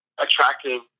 attractive